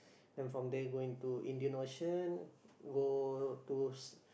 then from there going to Indian-Ocean go to